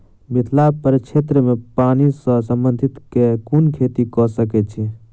मिथिला प्रक्षेत्र मे पानि सऽ संबंधित केँ कुन खेती कऽ सकै छी?